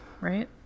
right